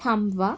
थांबवा